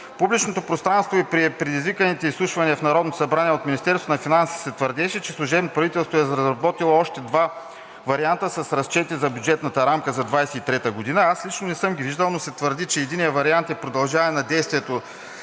публичното пространство и при предизвиканите изслушвания в Народното събрание от Министерството на финансите се твърдеше, че служебното правителство е разработило още два варианта с разчети за бюджетната рамка за 2023 г. Аз лично не съм ги виждал, но се твърди, че единият вариант е продължаване на действието